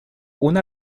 una